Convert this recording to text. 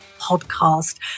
podcast